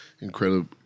incredible